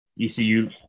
ECU